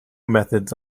methods